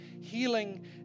healing